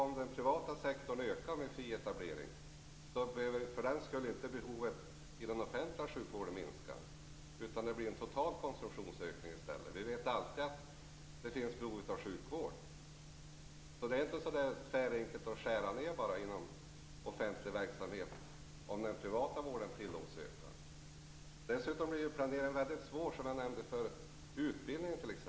Om den privata sektorn ökar genom fri etablering, minskar för den skull inte behovet av den offentliga sjukvården. I stället blir det en total konsumtionsökning. Vi vet att det alltid finns behov av sjukvård. Det är inte så enkelt att man bara skär ned inom den offentliga verksamheten om den privata vården tillåts öka. Som jag nämnde förut blir det dessutom väldigt svårt att planera för utbildning.